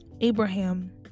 Abraham